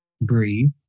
breathe